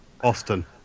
Austin